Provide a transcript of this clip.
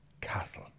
castle